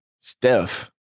Steph